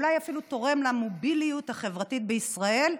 ואולי אפילו תורם למוביליות החברתית בישראל,